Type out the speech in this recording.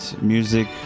music